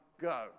go